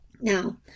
Now